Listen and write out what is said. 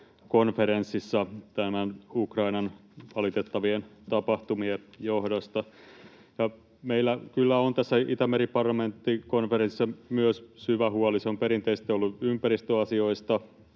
parlamentaarikonferenssissa näiden Ukrainan valitettavien tapahtumien johdosta. Meillä kyllä on tässä Itämeri-parlamenttikonferenssissa myös syvä huoli. Se on perinteisesti ollut ympäristöasioista